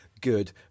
good